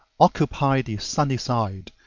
occupy the sunny side,